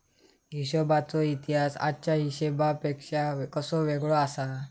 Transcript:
हिशोबाचो इतिहास आजच्या हिशेबापेक्षा कसो वेगळो आसा?